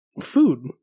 Food